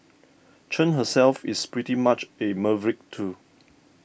Chen herself is pretty much a maverick too